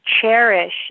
cherish